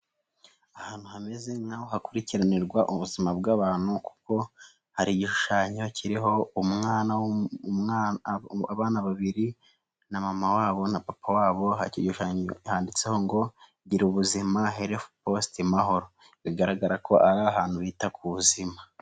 Ahantu hameze nkaho hakurikiranirwa ubuzima bw'abantu, kuko hari igishushanyo kiriho abana babiri na mama wabo na papa wabo, handitseho ngo ''gira ubuzima health post mahoro'' bigaragara ko ari ahantu bita ku buzima.